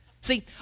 See